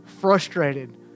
frustrated